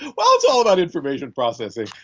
well, it's all about information processing.